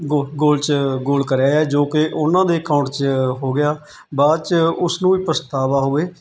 ਗੋ ਗੋਲ 'ਚ ਗੋਲ ਕਰ ਆਇਆ ਜੋ ਕਿ ਉਹਨਾਂ ਦੇ ਅਕਾਊਂਟ 'ਚ ਹੋ ਗਿਆ ਬਾਅਦ 'ਚ ਉਸ ਨੂੰ ਵੀ ਪਛਤਾਵਾ ਹੋਵੇ